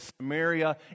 Samaria